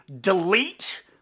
delete